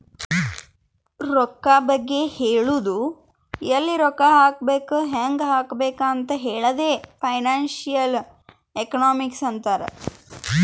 ರೊಕ್ಕಾ ಬಗ್ಗೆ ಹೇಳದು ಎಲ್ಲಿ ರೊಕ್ಕಾ ಹಾಕಬೇಕ ಹ್ಯಾಂಗ್ ಹಾಕಬೇಕ್ ಅಂತ್ ಹೇಳದೆ ಫೈನಾನ್ಸಿಯಲ್ ಎಕನಾಮಿಕ್ಸ್ ಅಂತಾರ್